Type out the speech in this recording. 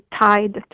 tied